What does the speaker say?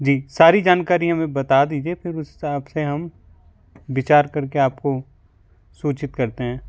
जी सारी जानकारी हमें बता दीजिए फिर उस हिसाब से हम विचार करके आपको सूचित करते हैं